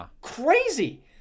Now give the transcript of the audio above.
crazy